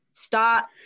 stop